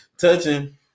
touching